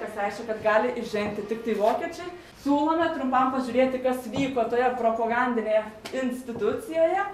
kas reiškė kad gali įžengti tiktai vokiečiai siūlome trumpam pažiūrėti kas vyko toje propogandinėje institucijoje